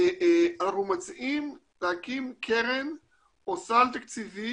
אנחנו מציעים להקים קרן או סל תקציבי